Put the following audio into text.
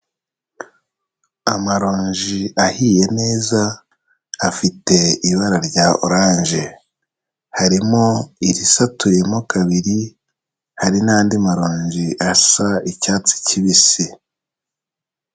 Amaronji ahiye neza, afite ibara rya oranje, harimo irisatuyemo kabiri, hari n'andi maronji asa icyatsi kibisi.